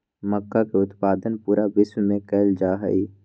मक्का के उत्पादन पूरा विश्व में कइल जाहई